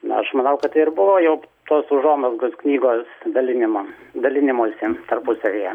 na aš manau kad tai ir buvo jau tos užuomazgos knygos dalinimam dalinimosi tarpusavyje